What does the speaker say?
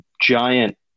giant